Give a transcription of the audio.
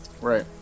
Right